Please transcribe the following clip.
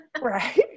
right